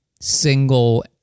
single